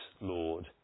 Lord